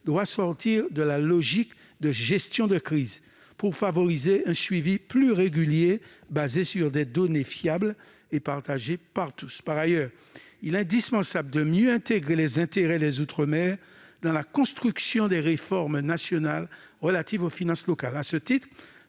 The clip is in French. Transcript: doit sortir de la logique de « gestion de crise », pour favoriser un suivi plus régulier, fondé sur des données fiables et partagées par tous. Par ailleurs, il est indispensable de mieux intégrer les intérêts des outre-mer dans la construction des réformes nationales relatives aux finances locales.